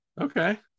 Okay